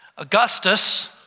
Augustus